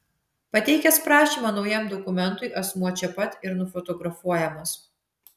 pateikęs prašymą naujam dokumentui asmuo čia pat ir nufotografuojamas